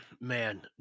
Man